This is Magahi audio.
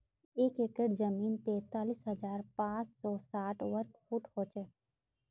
एक एकड़ जमीन तैंतालीस हजार पांच सौ साठ वर्ग फुट हो छे